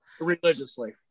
Religiously